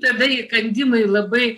tada įkandimai labai